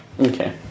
Okay